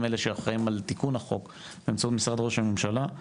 אלה שאחראים על תיקון החוק באמצעות משרד ראש הממשלה.